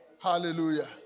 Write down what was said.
Hallelujah